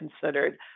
considered